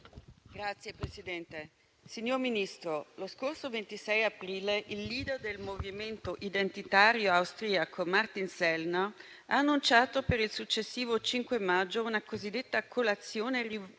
(SVP-PATT, Cb))*. Signor Ministro, lo scorso 26 aprile il *leader* del Movimento identitario austriaco, Martin Sellner, ha annunciato per il successivo 5 maggio una cosiddetta colazione rivoluzionaria